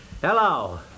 Hello